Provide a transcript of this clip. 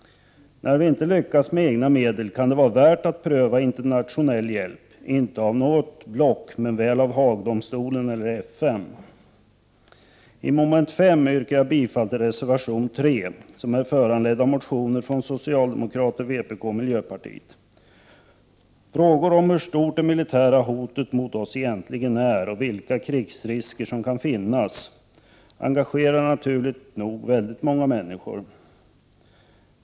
När vi inte lyckas med egna medel kan det vara värt att pröva internationell hjälp, inte av något block men väl av Haagdomstolen eller FN. Beträffande mom. 5 yrkar jag bifall till reservation 3, som var föranledd av motioner från socialdemokrater, vpk och miljöpartiet. Frågan om hur stort det militära hotet mot oss egentligen är och vilka krigsrisker som kan finnas engagerar naturligt nog väldigt många människor.